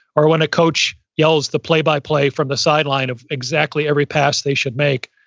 or when a coach yells the play by play from the sideline of exactly every pass they should make,